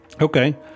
Okay